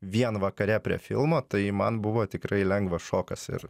vien vakare prie filmo tai man buvo tikrai lengvas šokas ir